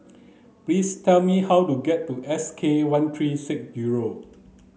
please tell me how to get to S K one three six zero